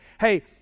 hey